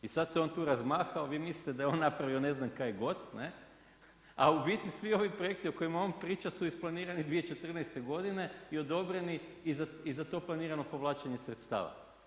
I sada se on tu razmahao, vi mislite da je on napravio ne znam kaj god, ne, a u biti svi ovi projekti o kojima on priča su isplanirani 2014. godine i odobreni i za to planirano povlačenje sredstava.